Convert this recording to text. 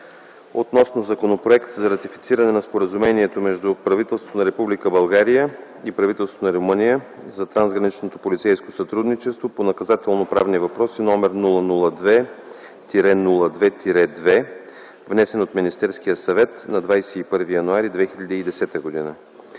гласуване Законопроекта за ратифициране на Споразумението между правителството на Република България и правителството на Румъния за трансгранично полицейско сътрудничество по наказателноправни въпроси, № 002-02-2, внесен от Министерския съвет на 21 януари 2010 г.